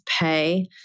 pay